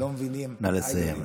לא מבינים, נא לסיים.